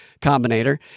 Combinator